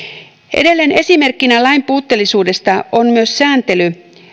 edelleen esimerkkinä lain puutteellisuudesta on myös sääntely